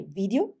video